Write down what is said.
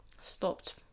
Stopped